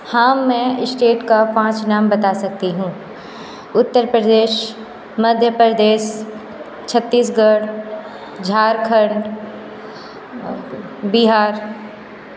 हाँ मैं इष्टटेट का पॉंच नाम बता सकती हूँ उत्तर प्रदेश मध्य प्रदेश छत्तीसगढ़ झारखंड बिहार